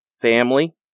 family